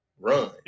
Run